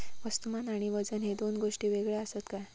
वस्तुमान आणि वजन हे दोन गोष्टी वेगळे आसत काय?